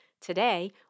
Today